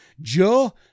Joe